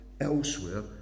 elsewhere